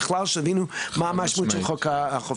בכלל שיבינו מה משמעות חוק החופים.